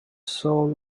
soul